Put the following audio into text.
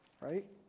right